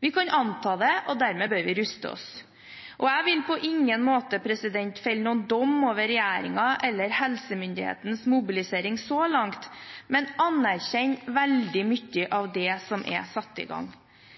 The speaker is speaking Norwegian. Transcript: Vi kan anta det, og dermed bør vi ruste oss. Jeg vil på ingen måte felle noen dom over regjeringen eller helsemyndighetenes mobilisering så langt, men anerkjenne veldig mye av det som er satt i gang.